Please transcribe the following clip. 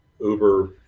uber